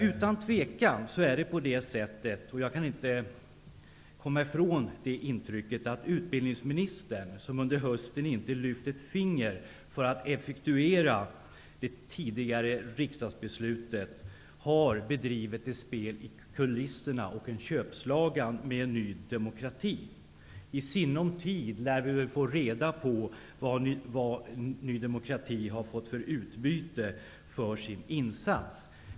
Utan tvivel är det så -- jag kan inte komma ifrån det intrycket -- att utbildningsministern, som under hösten inte lyft ett finger för att effektuera det tidigare fattade riksdagsbeslutet, har bedrivit ett spel i kulisserna och köpslagit med Ny demokrati. I sinom tid lär vi väl få reda på vad Ny demokrati har fått för utbyte för sin insats.